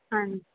ਹਾਂਜੀ